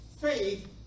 faith